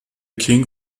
king